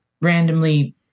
randomly